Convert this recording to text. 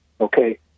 Okay